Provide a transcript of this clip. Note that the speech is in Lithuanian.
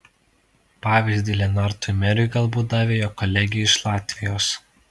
pavyzdį lenartui meriui galbūt davė jo kolegė iš latvijos